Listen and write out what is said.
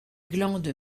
glandes